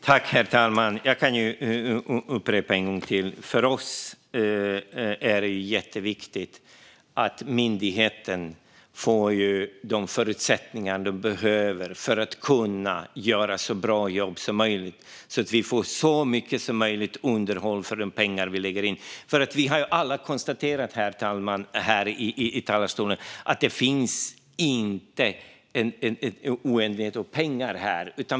Herr talman! Jag kan säga det en gång till: För oss är det jätteviktigt att myndigheten får de förutsättningar den behöver för att kunna göra ett så bra jobb som möjligt, så att vi får så mycket underhåll som möjligt för de pengar vi lägger in. Herr talman! Vi har ju alla här i talarstolen konstaterat att det inte finns oändligt med pengar.